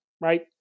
right